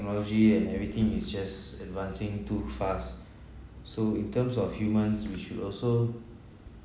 technology and everything is just advancing too fast so in terms of humans we should also